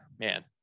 Man